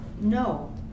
No